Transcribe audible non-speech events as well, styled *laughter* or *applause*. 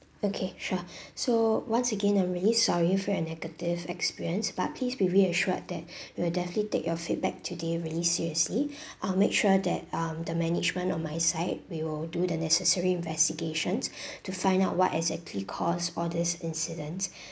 okay sure *breath* so once again I really sorry for a negative experience but please be reassured that *breath* we'll definitely take your feedback today really seriously *breath* I'll make sure that um the management on my side we will do the necessary investigations *breath* to find out what exactly caused all these incidents *breath*